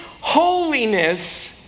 holiness